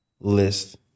list